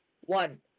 One